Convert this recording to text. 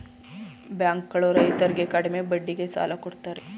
bank ಗಳು ರೈತರರ್ಗೆ ಕಡಿಮೆ ಬಡ್ಡಿಗೆ ಸಾಲ ಕೊಡ್ತಾರೆ